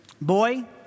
Boy